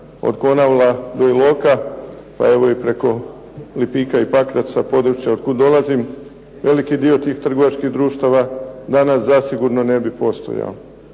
od Konavla do Iloka pa evo preko Lipika i Pakraca, područja iz kojeg dolazim veliki dio tih društava danas zasigurno ne bi postojao.